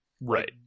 Right